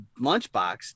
lunchbox